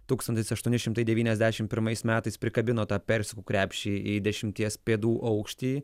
tūkstantis aštuoni šimtai devyniasdešim pirmais metais prikabino tą persikų krepšį į dešimties pėdų aukštį